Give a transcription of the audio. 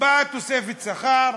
באה תוספת שכר,